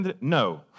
no